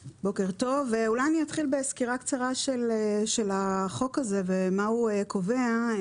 אולי אתחיל בסקירה קצרה של החוק הזה ומה הוא קובע.